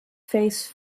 face